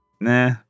Nah